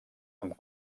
amb